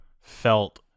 felt